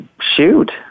Shoot